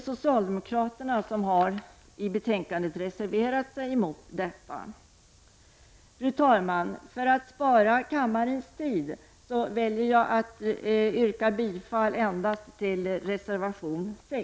Socialdemokraterna har i betänkandet reserverat sig mot detta. Fru talman! För att spara kammarens tid väljer jag att yrka bifall endast till reservation nr 6.